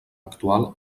actual